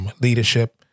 leadership